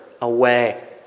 away